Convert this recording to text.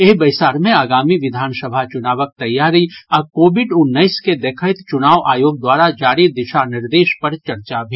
एहि बैसार मे आगामी विधान सभा चुनावक तैयारी आ कोविड उन्नैस के देखैत चुनाव आयोग द्वारा जारी दिशा निर्देश पर चर्चा भेल